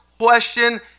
question